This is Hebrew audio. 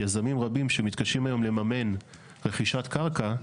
יזמים רבים שמתקשים היום לממן רכישת קרקע,